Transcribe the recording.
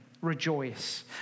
rejoice